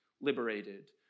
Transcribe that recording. liberated